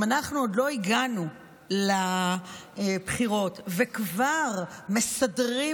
אם אנחנו עוד לא הגענו לבחירות וכבר מסדרים